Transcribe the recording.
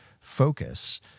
Focus